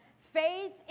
Faith